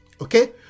okay